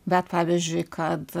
bet pavyzdžiui kad